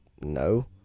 no